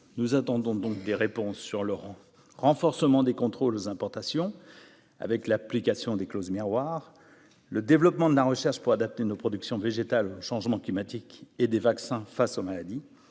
nous attendons donc des réponses sur Laurent, renforcement des contrôles aux importations avec l'application des clauses miroirs le développement de la recherche pour adapter nos productions végétales changement climatique et des vaccins face aux maladies,